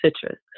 citrus